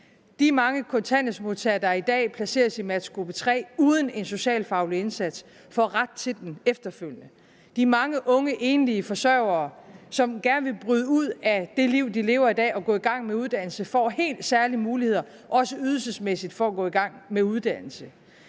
De mange kontanthjælpsmodtagere, der i dag placeres i matchgruppe 3 uden en socialfaglig indsats, får ret til den efterfølgende. De mange unge enlige forsørgere, som gerne vil bryde ud af det liv, de lever i dag, og gå i gang med en uddannelse, får helt særlige muligheder, også ydelsesmæssigt, for at gå i gang med en uddannelse.